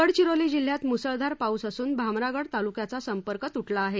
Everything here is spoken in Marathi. गडचिरोली जिल्ह्यात मुसळधार पाऊस असून भामरागड तालुक्याचा संपर्क तुटला आहे